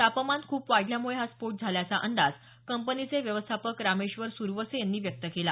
तापमान खूप वाढल्यामुळे हा स्फोट झाल्याचा अंदाज कंपनीचे व्यवस्थापक रामेश्वर स्रवसे यांनी व्यक्त केला